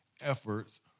efforts